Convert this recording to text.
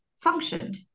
functioned